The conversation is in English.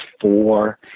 four